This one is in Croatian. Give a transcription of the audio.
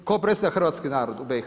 Tko predstavlja hrvatski narod u BIH?